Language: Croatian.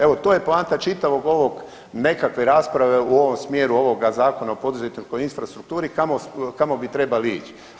Evo, to je poanta čitavog ovog nekakve rasprave u ovom smjeru ovoga Zakona o poduzetničkoj infrastrukturi, kamo bi trebali ići.